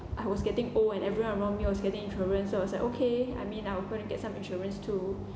I was getting old and everyone around me was getting insurance so I was like okay I mean I'm going to get some insurance too